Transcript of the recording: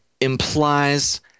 implies